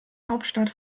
hauptstadt